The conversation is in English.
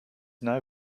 now